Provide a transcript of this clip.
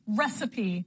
recipe